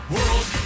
World